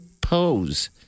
pose